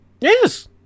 Yes